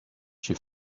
she